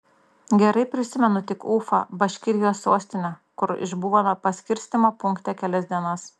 gerai prisimenu tik ufą baškirijos sostinę kur išbuvome paskirstymo punkte kelias dienas